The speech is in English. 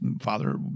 father